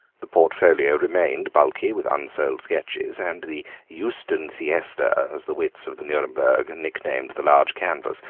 the portfolio remained bulky with unsold sketches, and the euston siesta, as the wits of the nuremberg nicknamed the large canvas,